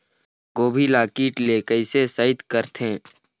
गोभी ल कीट ले कैसे सइत करथे?